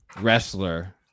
wrestler